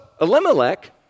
Elimelech